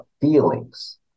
feelings